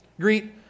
Greet